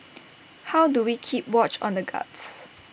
how do we keep watch on the guards